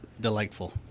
delightful